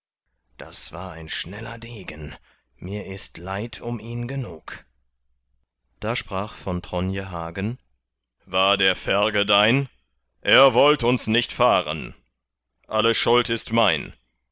das war ein schneller degen mir ist leid um ihn genug da sprach von tronje hagen war der ferge dein er wollt uns nicht fahren alle schuld ist mein